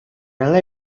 人类